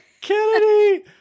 Kennedy